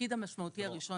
התפקיד המשמעותי הראשון,